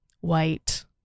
white